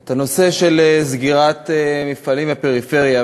את הנושא של סגירת מפעלים בפריפריה,